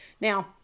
Now